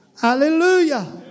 Hallelujah